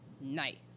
night